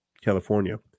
California